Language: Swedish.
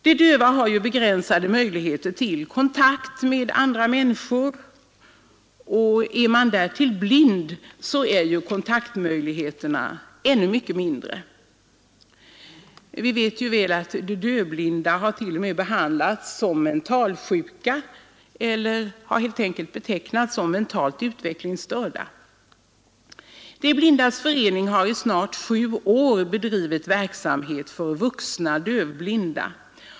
De döva har begränsade möjligheter till kontakt med andra människor, och är man därtill blind är kontaktmöjligheterna ännu mycket mindre. Vi vet också att de dövblinda t.o.m. har behandlats som mentalsjuka eller helt enkelt betecknats som mentalt utvecklingsstörda. De blindas förening har i snart sju år bedrivit verksamhet för vuxna dövblinda.